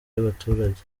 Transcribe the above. y’abaturage